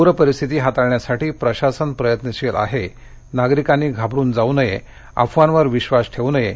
पूरपरिस्थिती हाताळण्यासाठी प्रशासन प्रयत्नशील आहे नागरिकांनी घाबरून जाऊ नये अफवांवर विश्वास ठेवू नये